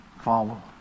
follow